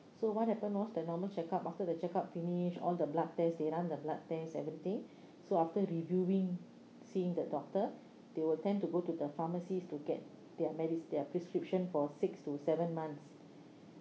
so what happened was the normal check up after the check up finish all the blood test they run the blood test everything so after reviewing seeing the doctor they will tend to go to the pharmacist to get their medi~ their prescription for six to seven months